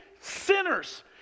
sinners